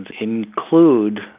include